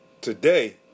today